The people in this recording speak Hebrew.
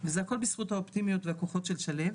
וזה הכול בזכות האופטימיות והכוחות של שליו,